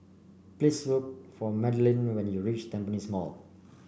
please look for Madalynn when you reach Tampines Mall